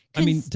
i mean,